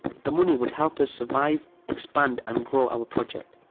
the money would help us survive, expand, and grow our project.